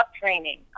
training